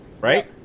right